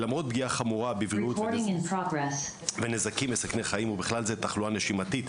למרות פגיעה חמורה בבריאות ונזקים מסכני חיים ובכלל זה תחלואה נשימתית,